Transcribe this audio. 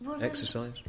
Exercise